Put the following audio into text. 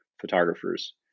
photographers